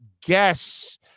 guess